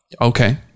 Okay